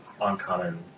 uncommon